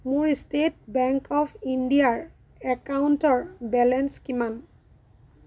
মোৰ state bank of ইণ্ডিয়াৰ একাউণ্টৰ বেলেঞ্চ কিমান